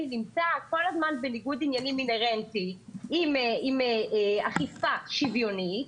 נמצא כל הזמן בניגוד עניינים אינהרנטי עם אכיפה שוויונית,